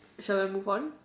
shall I move on